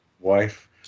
wife